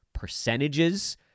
percentages